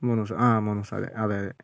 മൂന്ന് ദിവസം ആ മൂന്ന് ദിവസം അതെ അതെ അതെ